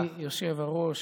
אדוני היושב-ראש,